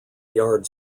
yard